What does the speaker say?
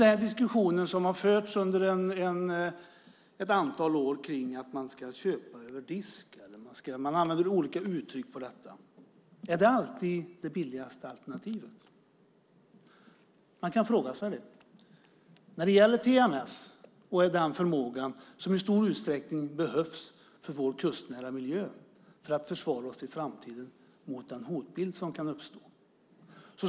En diskussion har förts under ett antal år om att man ska köpa över disk - man använder olika uttryck för detta. Är det alltid det billigaste alternativet? Man kan fråga sig det. TMS och den förmågan behövs i stor utsträckning för vår kustnära miljö för att försvara oss i framtiden mot den hotbild som kan uppstå.